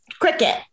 Cricket